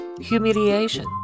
Humiliation